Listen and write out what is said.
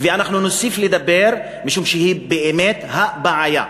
ואנחנו נוסיף לדבר, משום שהוא באמת הבעיה.